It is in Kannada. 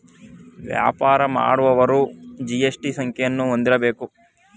ವ್ಯಾಪಾರ ಮಾಡುವವರು ಜಿ.ಎಸ್.ಟಿ ಸಂಖ್ಯೆಯನ್ನು ಹೊಂದಿರಬೇಕು